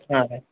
ಹಾಂ